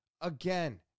again